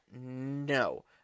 No